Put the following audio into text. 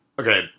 Okay